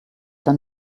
dann